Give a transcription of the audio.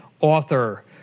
Author